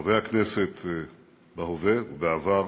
חברי הכנסת בהווה ובעבר,